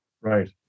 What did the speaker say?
Right